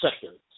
seconds